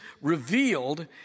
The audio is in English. revealed